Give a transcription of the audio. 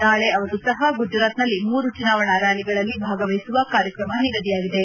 ನಾಳೆ ಅವರೂ ಸಹ ಗುಜರಾತ್ನಲ್ಲಿ ಮೂರು ಚುನಾವಣಾ ರ್ನಾಲಿಗಳಲ್ಲಿ ಭಾಗವಹಿಸುವ ಕಾರ್ಯಕ್ರಮ ನಿಗದಿಯಾಗಿದೆ